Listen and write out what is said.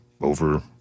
over